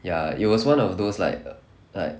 ya it was one of those like err like